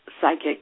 psychic